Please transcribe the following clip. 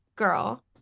girl